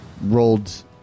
Rolled